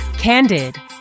Candid